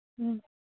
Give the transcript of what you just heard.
ꯎꯝ